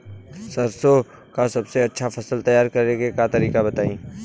सरसों का सबसे अच्छा फसल तैयार करने का तरीका बताई